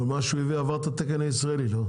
אבל מה שהוא ייבא עבר את התקן הישראלי, לא?